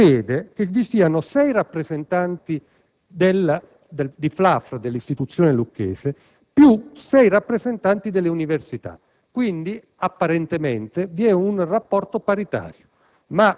prevede che in Cda vi siano sei rappresentanti della FLAFR, dell'istituzione lucchese, e sei rappresentanti delle università. Quindi, apparentemente, vi è un rapporto paritario.